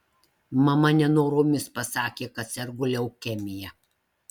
mama nenoromis pasakė kad sergu leukemija